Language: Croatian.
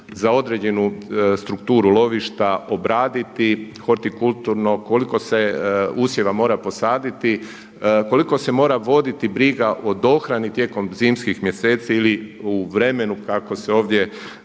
za određenu strukturu lovišta obraditi, hortikulturno, koliko se usjeva mora posaditi, koliko se mora voditi briga o dohrani tijekom zimskih mjeseci ili u vremenu kako se ovdje